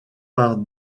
par